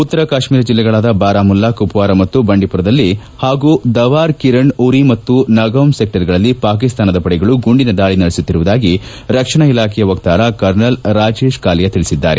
ಉತ್ತರ ಕಾಶ್ಮೀರ ಜಿಲ್ಲೆಗಳಾದ ಬಾರಾಮುಲ್ಲಾ ಕುಪ್ಲಾರ ಮತ್ತು ಬಂಡಿಪುರದಲ್ಲಿ ಹಾಗೂ ದವಾರ್ ಕಿರಣ್ ಉರಿ ಮತ್ತು ನೌಗಾಮ್ ಸೆಕ್ಸರ್ಗಳಲ್ಲಿ ಪಾಕಿಸ್ತಾನದ ಪಡೆಗಳು ಗುಂಡಿನ ದಾಳಿ ನಡೆಸುತ್ತಿರುವುದಾಗಿ ರಕ್ಷಣಾ ಇಲಾಖೆ ವಕ್ತಾರ ಕರ್ನಲ್ ರಾಜೇಶ್ ಕಾಲಿಯ ತಿಳಿಸಿದ್ದಾರೆ